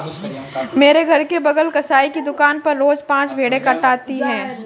मेरे घर के बगल कसाई की दुकान पर रोज पांच भेड़ें कटाती है